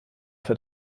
für